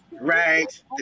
right